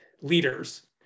leaders